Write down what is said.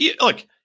look